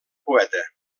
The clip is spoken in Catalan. poeta